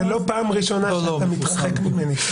זו לא פעם ראשונה שאתה מתרחק ממני.